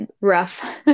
rough